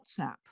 WhatsApp